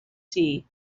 tea